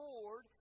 Lord